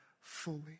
fully